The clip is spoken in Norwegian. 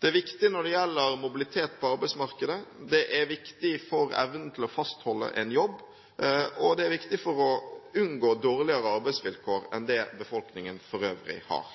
Det er viktig når det gjelder mobilitet på arbeidsmarkedet, det er viktig for evnen til å kunne fastholde en jobb, og det er viktig for å unngå dårligere arbeidsvilkår enn det befolkningen for øvrig har.